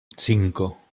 cinco